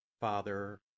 Father